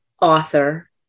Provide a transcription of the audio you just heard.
author